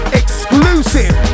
exclusive